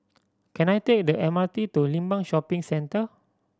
can I take the M R T to Limbang Shopping Centre